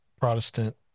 Protestant